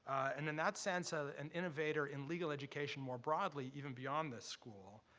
and, in that sense, ah an innovator in legal education more broadly, even beyond this school.